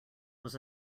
was